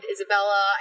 Isabella